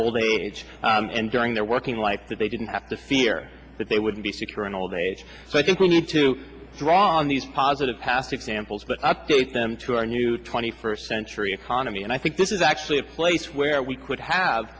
old age and during their working life that they didn't have to fear that they wouldn't be secure in old age so i think we need to draw on these positive path examples but update them to our new twenty first century economy and i think this is actually a place where we could have